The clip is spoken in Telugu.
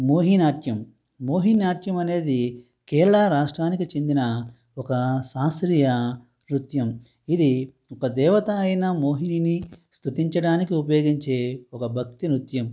మోహినాట్యం మోహినీయాట్టం అనేది కేరళా రాష్ట్రానికి చెందిన ఒక శాస్త్రీయ నృత్యం ఇది ఒక దేవతా అయిన మోహినీని స్తుతించడానికి ఉపయోగించే ఒక భక్తి నృత్యం